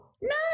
No